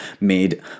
made